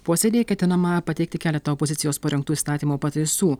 posėdyje ketinama pateikti keletą opozicijos parengtų įstatymo pataisų